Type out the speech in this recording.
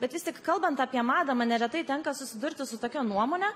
bet vis tik kalbant apie madą man neretai tenka susidurti su tokia nuomone